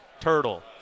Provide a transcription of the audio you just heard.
Turtle